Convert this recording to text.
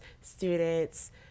students